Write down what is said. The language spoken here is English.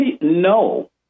no